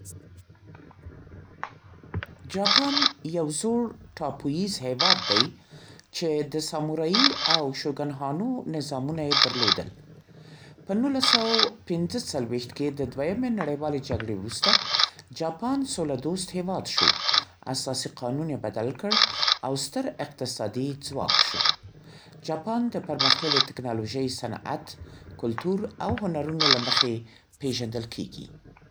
جاپان یو زوړ ټاپوییز هېواد دی، چې د سامورايي او شوګن‌هانو نظامونه یې درلودل. په نولس سوه او پنځه څلوېښت کې د دویمې نړیوالې جګړې وروسته، جاپان سوله‌دوست هېواد شو، اساسي قانون یې بدل کړ، او ستر اقتصادي ځواک شو. جاپان د پرمختللي تکنالوژۍ، صنعت، کلتور او هنرونو له مخې پېژندل کېږي.